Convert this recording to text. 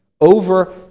over